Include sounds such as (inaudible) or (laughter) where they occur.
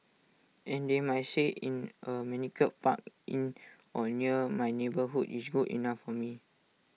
and they might say in A manicured park (noise) in or near my neighbourhood is good enough for me